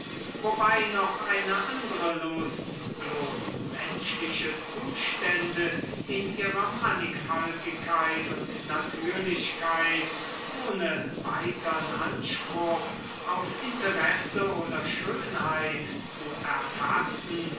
wobei noch eine andre lust bloß menschliche zustände in ihrer mannigfaltigkeit und natürlichkeit ohne weitern anspruch auf interesse oder schönheit zu erfassen